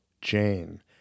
Jane